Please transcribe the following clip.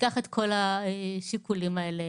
ניקח את כל השיקולים האלה.